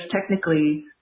technically